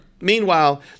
Meanwhile